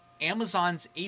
Amazon's